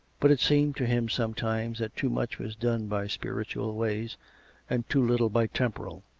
but it seemed to him sometimes that too much was done by spiritual ways and too little by temporal.